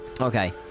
Okay